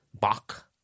Bach